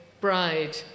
bride